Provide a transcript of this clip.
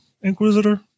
inquisitor